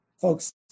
Folks